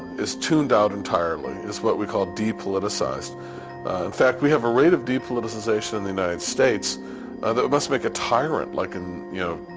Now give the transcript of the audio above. is tuned out entirely, is what we call de-politicised. in fact, we have a rate of de-politicisation in the united states that must make a tyrant like in, you know,